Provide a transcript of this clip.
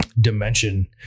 dimension